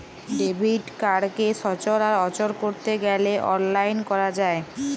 debit কাড়কে সচল আর অচল ক্যরতে গ্যালে অললাইল ক্যরা যায়